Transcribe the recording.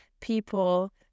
people